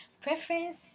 preference